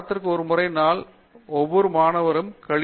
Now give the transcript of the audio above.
மூர்த்தி எனவே ஒரு வாரத்தில் ஒருமுறை நான் ஒவ்வொரு மாணவருடனும் கழித்தேன்